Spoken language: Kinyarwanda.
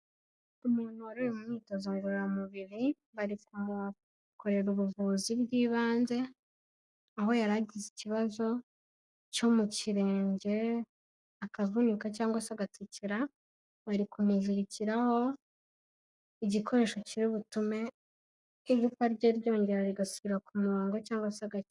Umuntu wari uri mu myitozo ngororamubiri bari kumukorera ubuvuzi bw'ibanze, aho yari agize ikibazo cyo mu kirenge akavunika cyangwa se agatsikira, bari kumuzirikiraho igikoresho kiri butume igufwa rye ryongera rigasubira ku murongo cyangwa se agaki,...